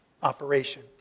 Operation